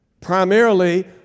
Primarily